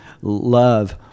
Love